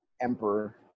emperor